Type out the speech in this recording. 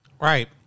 Right